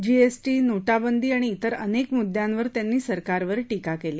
GST नोटाबंदी आणि इतर अनेक मुद्दयांवर त्यांनी सरकारवर टीका केली